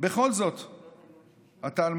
ולשמוע בקול שלו שהוא מתרגש גם אם לפני שעה הוא ראה אותך.